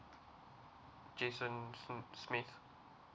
jason s~ smith